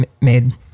made